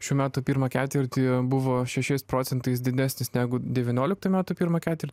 šių metų pirmą ketvirtį buvo šešiais procentais didesnis negu devynioliktų metų pirmą ketvirtį